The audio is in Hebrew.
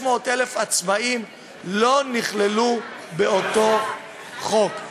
500,000 עצמאים לא נכללו באותו חוק.